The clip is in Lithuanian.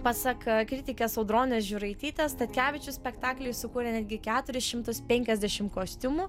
pasak kritikės audronės žiūraitytės statkevičius spektakliui sukūrė netgi keturis šimtus penkiasdešim kostiumų